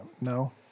no